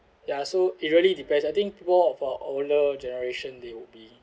ya so it really depends I think more of our older generation they would be